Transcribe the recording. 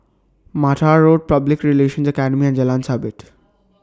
Mattar Road Public Relations Academy and Jalan Sabit